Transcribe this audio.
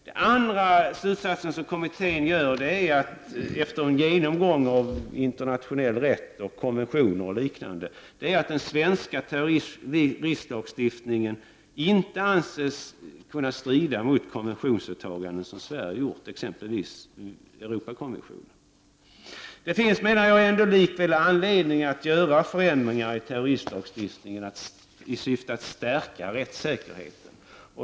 Den andra slutsatsen som kommittén drar — efter en genomgång av internationell rätt, konventioner och liknande — är att den svenska terroristlagstiftningen inte anses strida mot konventionsåtaganden som Sverige gjort, exempelvis när det gäller Europakonventionen. Det finns likväl, menar jag, anledning att göra förändringar i terroristlagstiftningen i syfte att stärka rättssäkerheten.